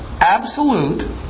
absolute